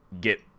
get